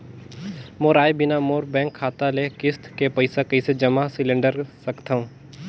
मोर आय बिना मोर बैंक खाता ले किस्त के पईसा कइसे जमा सिलेंडर सकथव?